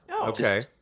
Okay